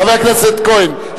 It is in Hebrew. חבר הכנסת כהן,